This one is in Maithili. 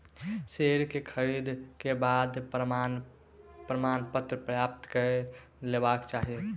शेयर के खरीद के बाद प्रमाणपत्र प्राप्त कय लेबाक चाही